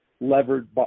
levered